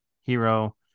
hero